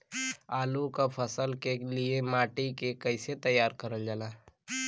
आलू क फसल के लिए माटी के कैसे तैयार करल जाला?